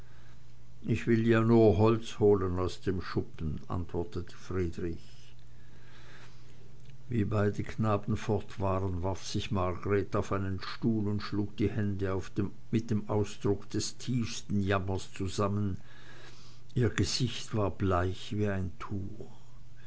ich will ja nur holz holen aus dem schuppen antwortete friedrich als beide knaben fort waren warf sich margreth auf einen stuhl und schlug die hände mit dem ausdruck des tiefsten jammers zusammen ihr gesicht war bleich wie ein tuch